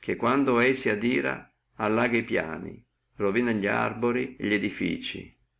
che quando sadirano allagano e piani ruinano li arberi e li edifizii